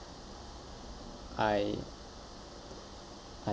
I I